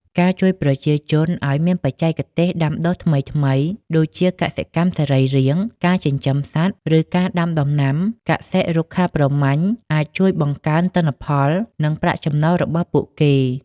ការជួយប្រជាជនឱ្យមានបច្ចេកទេសដាំដុះថ្មីៗដូចជាកសិកម្មសរីរាង្គ ការចិញ្ចឹមសត្វ ឬការដាំដំណាំកសិ-រុក្ខាប្រមាញ់អាចជួយបង្កើនទិន្នផល និងប្រាក់ចំណូលរបស់ពួកគេ។